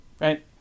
right